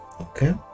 Okay